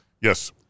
Yes